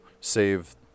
save